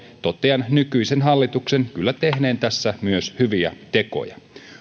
totean nykyisen hallituksen kyllä tehneen tässä myös hyviä tekoja